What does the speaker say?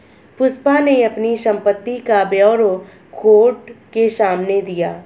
पुष्पा ने अपनी संपत्ति का ब्यौरा कोर्ट के सामने दिया